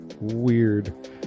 weird